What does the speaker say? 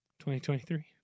2023